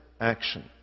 action